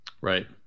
right